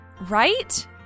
Right